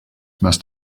must